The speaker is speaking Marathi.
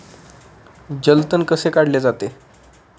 जलतण कसे काढले जातात?